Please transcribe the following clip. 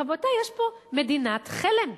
רבותי, יש פה מדינת חלם,